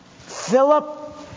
Philip